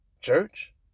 church